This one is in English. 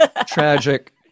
Tragic